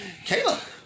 Kayla